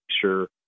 sure